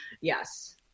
Yes